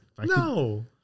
No